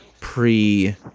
pre-